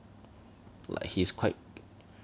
like he is quite